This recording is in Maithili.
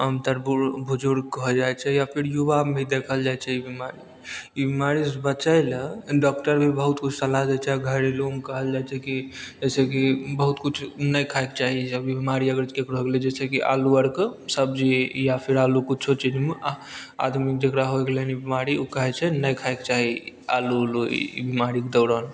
आमतौर बुजुर्गके हो जाइ छै या फिर युवामे भी देखल जाइ छै ई बीमारी ई बीमारीसँ बचय लए डॉक्टर भी बहुत किछु सलाह दै छै घरेलुमे कहल जाइ छै की जैसे की बहुत किछु नहि खाइके चाही जब ई बीमारी ककरो हो गेलय जैसे की आलू आओरके सब्जी या फिर आलू कुछो चीजमे आदमी जकरा होइ गेलय हन ई बीमारी उ कहय छै नहि खाइके चाही आलू उलू ई बीमारीके दौरान